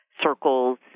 circles